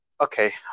Okay